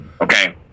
okay